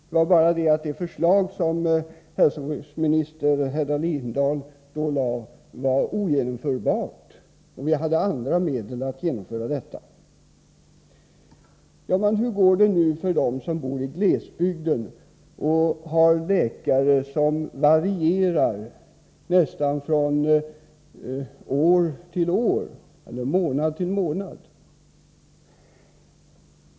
Det var bara så att det förslag som hälsovårdsministern Hedda Lindahl då lade fram var ogenomförbart, och vi hade andra medel för att genomföra de idéer som vi var eniga om. Hur går det nu för dem som bor i glesbygden och har olika läkare från år till år eller nästan från månad till månad?